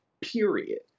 period